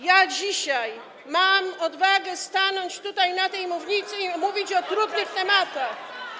Ja dzisiaj mam odwagę stanąć tutaj, na tej mównicy, i mówić o trudnych tematach.